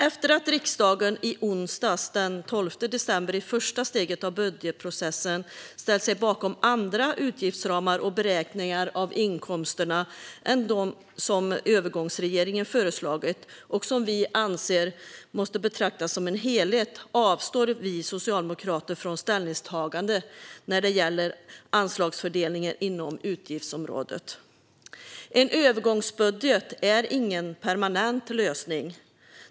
Efter att riksdagen i onsdags, den 12 december, i första steget av budgetprocessen ställt sig bakom andra utgiftsramar och beräkningar av inkomsterna än dem som övergångsregeringen föreslagit, och som vi anser måste betraktas som en helhet, avstår vi socialdemokrater från ställningstagande när det gäller anslagsfördelningen inom utgiftsområdet. En övergångsbudget är ingen permanent lösning.